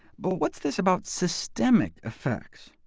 but what's this about systemic effects?